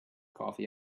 coffee